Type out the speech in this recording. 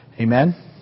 Amen